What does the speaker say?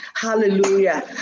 Hallelujah